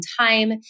time